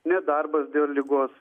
nedarbas dėl ligos